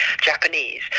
Japanese